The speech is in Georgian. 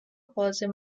ყველაზე